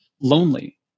lonely